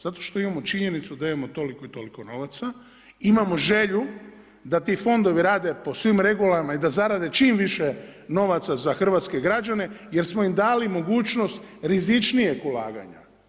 Zato što imamo činjenicu da imamo toliko i toliko novaca, imamo želju da ti fondovi rade po svim regulama i da zarade čim više novaca za hrvatske građane jer smo im dali mogućnost rizičnijeg ulaganja.